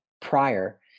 prior